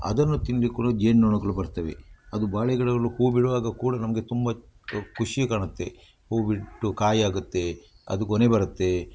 ಅದನ್ನು ತಿನ್ಲಿಕೆ ಕೂಡ ಜೇನು ನೊಣಗಳು ಬರ್ತವೆ ಅದು ಬಾಳೆ ಗಿಡಗಳು ಹೂ ಬಿಡುವಾಗ ಕೂಡ ನಮಗೆ ತುಂಬ ಖುಷಿ ಕಾಣುತ್ತೆ ಹೂ ಬಿಟ್ಟು ಕಾಯಿ ಆಗುತ್ತೆ ಅದು ಗೊನೆ ಬರುತ್ತೆ